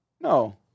No